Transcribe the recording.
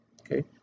Okay